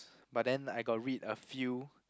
but then I got read a few